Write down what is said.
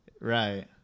right